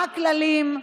מה הכללים.